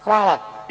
Hvala.